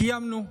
קיימנו.